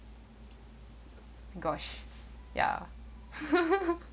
gosh ya